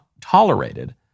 tolerated